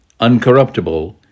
uncorruptible